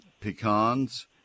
Pecans